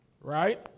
right